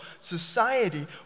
society